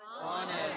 Honest